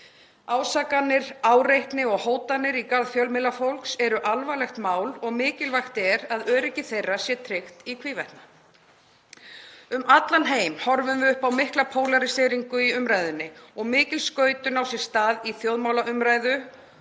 Ásakanir, áreitni og hótanir í garð fjölmiðlafólks eru alvarlegt mál og mikilvægt er að öryggi þeirra sé tryggt í hvívetna. Um allan heim horfum við upp á mikla pólaríseringu í umræðunni og mikil skautun á sér stað í þjóðmálaumræðu